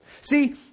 See